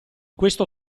questo